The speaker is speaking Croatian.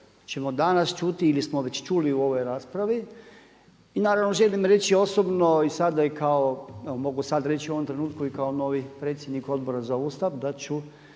ćemo danas čuti ili smo već čuli u ovoj raspravi. I naravno želim reći osobno i sada i kad mogu sada reći u ovom trenutku i kao novi predsjednik Odbora za Ustav da ću